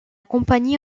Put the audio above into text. compagnie